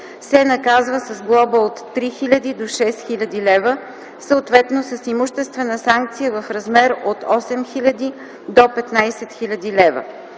се наказва с глоба от 3000 до 6000 лв., съответно с имуществена санкция в размер от 8000 до 15 000 лв.